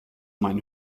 mein